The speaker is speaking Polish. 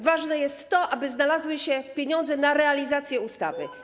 Ważne jest to, aby znalazły się pieniądze na realizację ustawy